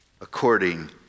according